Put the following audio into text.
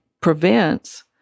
prevents